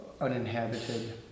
uninhabited